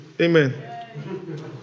Amen